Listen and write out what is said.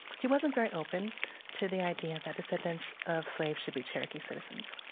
he wasn't very open to the idea that descendants of slaves should be cherokee citizens,